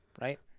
right